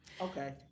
Okay